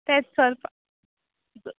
तेंच चलपा